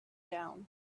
down